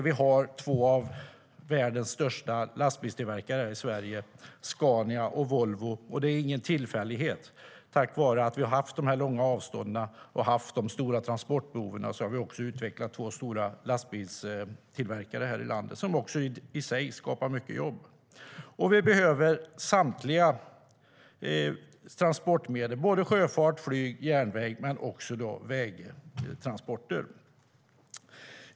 Vi har två av världens största lastbilstillverkare här i Sverige, Scania och Volvo, och det är ingen tillfällighet. På grund av de långa avstånden och de stora transportbehoven har vi utvecklat två stora lastbilstillverkare här i landet, som också i sig skapar mycket jobb. Vi behöver samtliga transportmedel: sjöfart, flyg och järnväg men också vägtransporter. Herr talman!